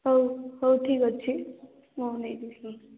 ହଉ ହଉ ଠିକ୍ ଅଛି ମୁଁ ନେଇକି ଯିବି